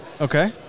Okay